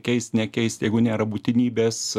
keist nekeist jeigu nėra būtinybės